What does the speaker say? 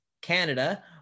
Canada